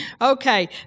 Okay